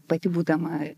pati būdama